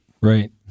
Right